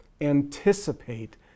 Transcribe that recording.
anticipate